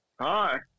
Hi